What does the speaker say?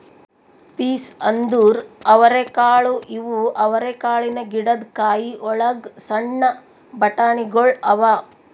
piece ಅಂದುರ್ ಅವರೆಕಾಳು ಇವು ಅವರೆಕಾಳಿನ ಗಿಡದ್ ಕಾಯಿ ಒಳಗ್ ಸಣ್ಣ ಬಟಾಣಿಗೊಳ್ ಅವಾ